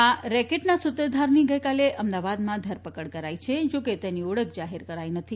આ રેકેટના સૂત્રધારની ગઈકાલે અમદાવાદમાં ધરપકડ કરાઈ છે જોકે તેની ઓળખ જાહેર કરાઈ નથી